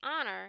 honor